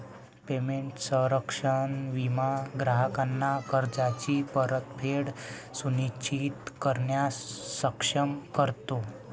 payment संरक्षण विमा ग्राहकांना कर्जाची परतफेड सुनिश्चित करण्यास सक्षम करतो